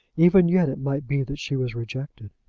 even yet it might be that she was rejected.